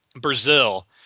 Brazil